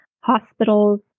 hospitals